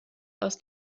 aus